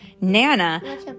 Nana